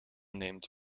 named